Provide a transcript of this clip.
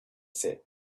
said